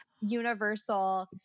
universal